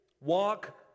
walk